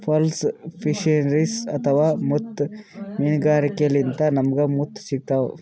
pearl fisheries ಅಥವಾ ಮುತ್ತ್ ಮೀನ್ಗಾರಿಕೆಲಿಂತ್ ನಮ್ಗ್ ಮುತ್ತ್ ಸಿಗ್ತಾವ್